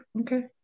okay